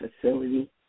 facility